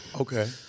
Okay